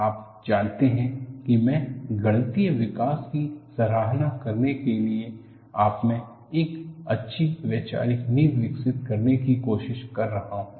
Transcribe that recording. आप जानते हैं कि मैं गणितीय विकास की सराहना करने के लिए आपमे एक अच्छी वैचारिक नींव विकसित करने की कोशिश कर रहा हूं